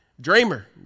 dreamer